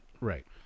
right